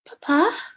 Papa